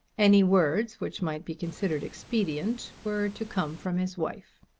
any words which might be considered expedient were to come from his wife.